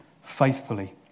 faithfully